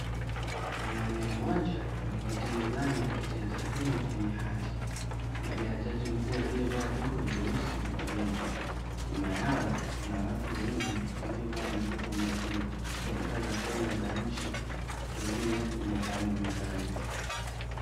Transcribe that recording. Mwanamume mmoja ameketi mezani akitia saini kwenye hati mbele ya jaji mkuu aliyevalia joho na wigi. Nyuma yao kuna watu wengi waliovaa majoho mekundu na bendera za Kenya za nchi nyingine zimepambwa mezani.